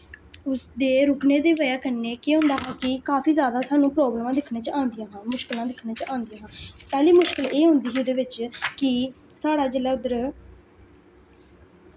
उसदे रुकने दी बजह कन्नै केह् होंदा हा कि काफी जैदा सानूं प्रावल्मां दिक्खने च आंदियां हियां मुशकलां दिक्खने च आंदियां हियां पैह्ली मुश्कल एह् होंदी ही एह्दे च कि साढ़ा जिसलै इद्धर